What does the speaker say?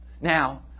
Now